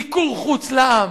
זה לא רק מיקור-חוץ לעם,